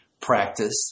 practice